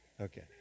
Okay